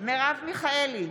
מרב מיכאלי,